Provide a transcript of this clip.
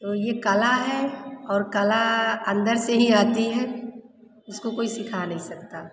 तो ये कला है और कला अंदर से ही आती है इसको कोई सीखा नहीं सकता